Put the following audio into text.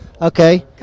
okay